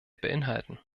beinhalten